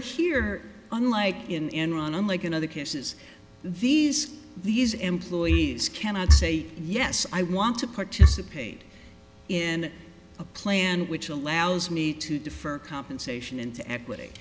here unlike in iran unlike in other cases these these employees cannot say yes i want to participate in a plan which allows me to defer compensation into equity